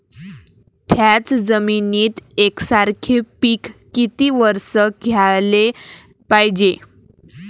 थ्याच जमिनीत यकसारखे पिकं किती वरसं घ्याले पायजे?